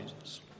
Jesus